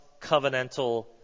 covenantal